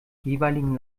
jeweiligen